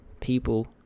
people